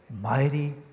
Mighty